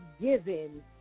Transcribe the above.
given